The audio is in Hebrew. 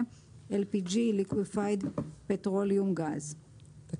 (Liquefied Petroleum Gas- "(LPG.